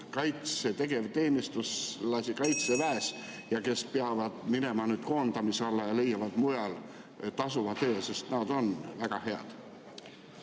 praegu tegevteenistuslasi Kaitseväes, kes peavad minema nüüd koondamise alla ja leiavad mujal tasuva töö, sest nad on väga head?